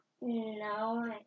No